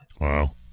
Wow